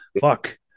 fuck